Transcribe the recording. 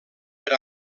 per